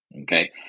Okay